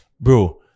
Bro